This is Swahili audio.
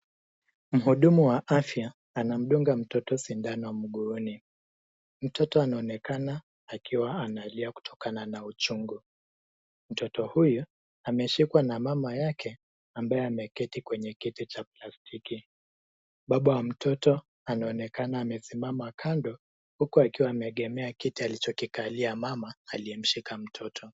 Mhudumu wa afya anamdunga mtoto sindano mguuni. Mtoto anaonekana akiwa analia kutokana na uchungu. Mtoto huyu ameshikwa na mama yake, ambaye ameketi kwenye kiti cha plastiki. Baba wa mtoto anaonekana amesimama kando, huku akiwa ameegemea kiti alichokikalia mama aliyemshika mtoto.